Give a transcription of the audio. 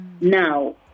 Now